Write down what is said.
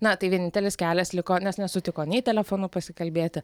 na tai vienintelis kelias liko nes nesutiko nei telefonu pasikalbėti